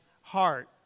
heart